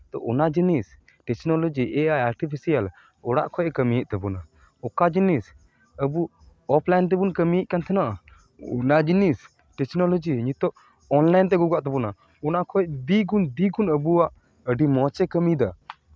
ᱛᱚ ᱚᱱᱟ ᱡᱤᱱᱤᱥ ᱴᱮᱥᱱᱳᱞᱚᱡᱤ ᱮ ᱟᱭ ᱟᱨᱴᱤ ᱯᱷᱮᱥᱤᱭᱟᱞ ᱚᱲᱟᱜ ᱠᱷᱚᱡ ᱮ ᱠᱟᱹᱢᱤᱭᱮᱜ ᱛᱟᱵᱚᱱᱟ ᱚᱠᱟ ᱡᱤᱱᱤᱥ ᱟᱹᱵᱩ ᱚᱯᱷᱞᱟᱭᱤᱱ ᱛᱮᱵᱚᱱ ᱠᱟᱹᱢᱤᱭᱮᱜ ᱛᱟᱦᱮᱱᱟ ᱚᱱᱟ ᱡᱤᱱᱤᱥ ᱴᱮᱥᱱᱳᱞᱚᱡᱤ ᱱᱤᱛᱚᱜ ᱚᱱᱞᱟᱭᱤᱱ ᱛᱮ ᱟᱹᱜᱩ ᱠᱟᱜ ᱛᱟᱵᱚᱱᱟ ᱚᱱᱟ ᱠᱷᱚᱱ ᱫᱤᱜᱩᱱ ᱫᱤᱜᱩᱱ ᱟᱵᱚᱣᱟᱜ ᱟᱹᱰᱤ ᱢᱚᱡᱽ ᱮ ᱠᱟᱹᱢᱤᱫᱟ